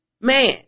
man